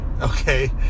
Okay